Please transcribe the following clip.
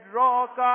rock